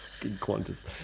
Qantas